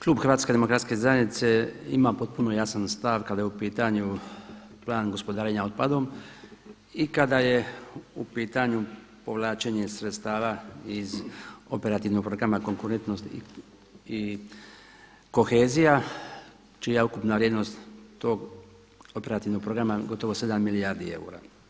Klub Hrvatske demokratske zajednice ima potpuno jasan stav kada je u pitanju Plan gospodarenja otpadom i kada je u pitanju povlačenje sredstava iz Operativnog programa konkurentnosti i kohezija, čija je ukupna vrijednost tog operativnog programa gotovo 7 milijardi eura.